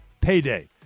payday